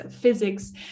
physics